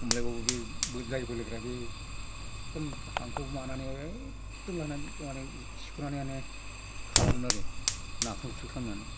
हमलायबाबो बे जाय बोलोगोरा बे एकदम हांखौ माबानानै एकदम लानानै सेख'नानै माने खालामोमोन आरो नाख्रां नासि खालामनानै